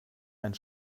einen